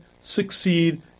succeed